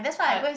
I